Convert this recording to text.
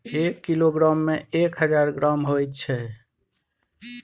एक किलोग्राम में एक हजार ग्राम होय छै